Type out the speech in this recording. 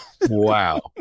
Wow